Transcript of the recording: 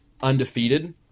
undefeated